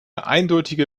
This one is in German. eindeutige